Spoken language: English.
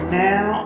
now